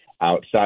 outside